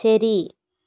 ശരി